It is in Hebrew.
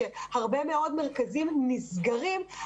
שהרבה מאוד מרכזים נסגרים,